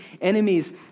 enemies